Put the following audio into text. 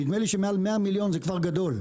נדמה לי שמעל 100 מיליון זה כבר גדול.